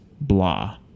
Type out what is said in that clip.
blah